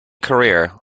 career